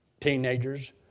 teenagers